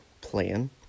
plan